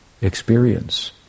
experience